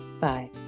Bye